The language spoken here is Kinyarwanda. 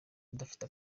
udafite